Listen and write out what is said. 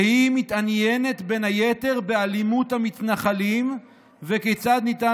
והיא מתעניינת בין היתר באלימות המתנחלים וכיצד ניתן